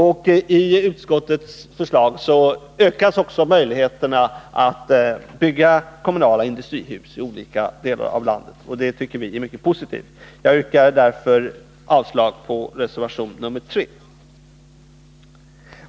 Genom utskottets förslag ökas också möjligheterna att bygga kommunala industrihus i olika delar av landet, och det tycker vi är mycket positivt. Jag yrkar därför avslag på reservation nr 3.